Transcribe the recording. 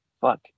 fuck